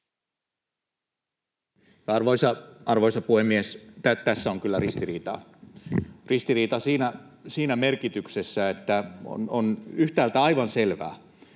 Arvoisa puhemies! Tässä on kyllä ristiriita siinä merkityksessä, että on yhtäältä aivan selvää,